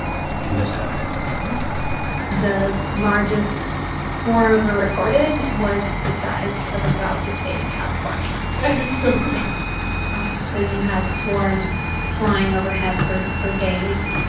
in this country ooh the largest swarm ever recorded was the size of about the state of california that is so gross um so you had swarms flying overhead for for days.